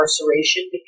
incarceration